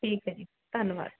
ਠੀਕ ਹੈ ਜੀ ਧੰਨਵਾਦ